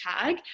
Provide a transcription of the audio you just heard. tag